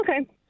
Okay